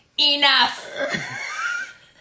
enough